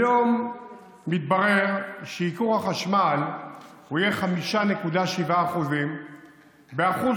היום מתברר שייקור החשמל יהיה 5.7% באחוז